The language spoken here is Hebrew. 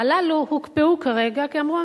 הללו הוקפאו כרגע כי אמרו,